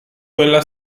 quella